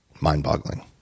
mind-boggling